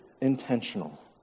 intentional